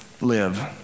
live